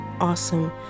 awesome